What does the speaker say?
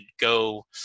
go